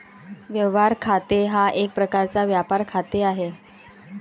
व्यवहार खाते हा एक प्रकारचा व्यापार खाते आहे